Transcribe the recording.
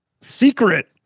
secret